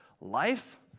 Life